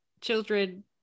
children